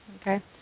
okay